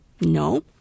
no